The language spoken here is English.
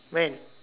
when